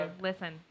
Listen